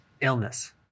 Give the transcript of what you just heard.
illness